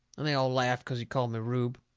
and they all laughed cause he called me rube,